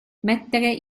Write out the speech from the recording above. mettere